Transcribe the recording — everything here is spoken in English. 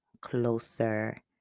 closer